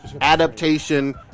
adaptation